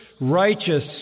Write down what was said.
righteous